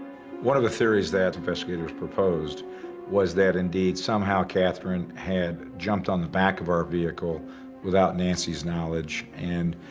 one of the theories that investigators proposed was that indeed, somehow katherine had jumped on the back of our vehicle without nancy's knowledge and